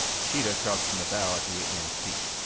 sheeta crouched in the bow at the ape-man's feet,